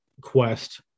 quest